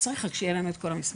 צריך רק שיהיה לנו את כל המסמכים.